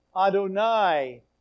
Adonai